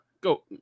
Go